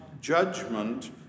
judgment